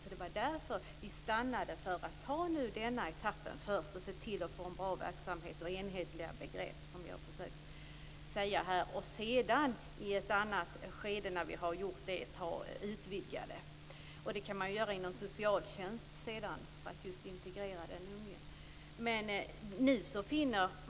Vi menar därför att vi bör ta denna etapp först och se till att det blir en bra verksamhet och att vi får enhetliga begrepp för att sedan i ett senare skede utvidga verksamheten. Den integrering av den unge som det handlar om går ju sedan att genomföra inom ramen för socialtjänsten.